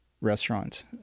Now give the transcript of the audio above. restaurant